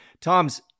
Tom's